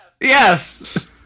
Yes